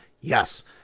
Yes